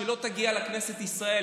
כשלא תגיע לכנסת ישראל,